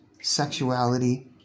sexuality